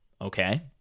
okay